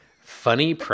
Funny